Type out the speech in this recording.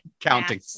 counting